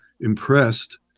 impressed